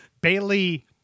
Bailey